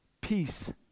peace